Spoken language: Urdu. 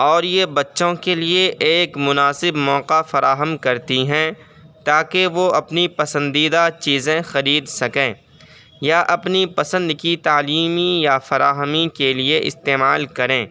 اور یہ بچوں کے لیے ایک مناسب موقع فراہم کرتی ہیں تاکہ وہ اپنی پسندیدہ چزیں خرید سکیں یا اپنی پسند کی تعلیمی یا فراہمی کے لیے استعمال کریں